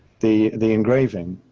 the, the engraving,